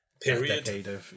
period